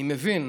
אני מבין,